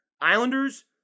Islanders